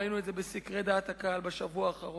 ראינו את זה בסקרי הדעת הקהל בשבוע האחרון.